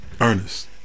Ernest